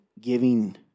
giving